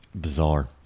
bizarre